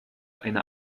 eine